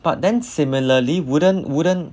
but then similarly wouldn't wouldn't